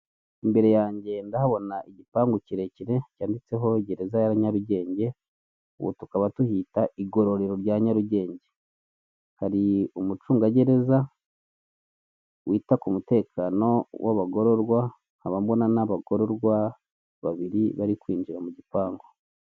Ni inzu itangirwamo serivisi, iruhande hari uturarabyo hagati hari gutambukamo umugabo wambaye ishati y'ubururu, hirya gato hari abicaye bigaragara ko bategereje kwakirwa.